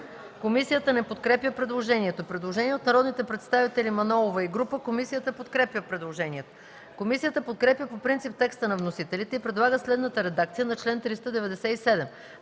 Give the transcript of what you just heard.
Комисията не подкрепя предложението. Предложение от народния представител Мая Манолова и група народни представители. Комисията подкрепя предложението. Комисията подкрепя по принцип текста на вносителите и предлага следната редакция на чл. 397: